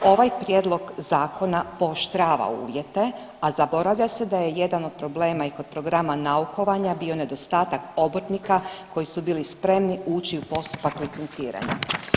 Ovaj prijedlog zakona pooštrava uvjete, a zaboravlja se da jedan od problema i kod programa naukovanja bio nedostatak obrtnika koji su bili spremni ući u postupak licenciranja.